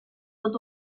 tot